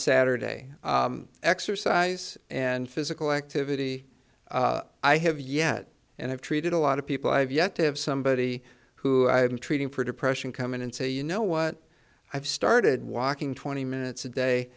saturday exercise and physical activity i have yet and i've treated a lot of people i've yet to have somebody who i have been treating for depression come in and say you know what i've started walking twenty minutes a day